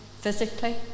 physically